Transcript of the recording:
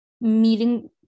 meeting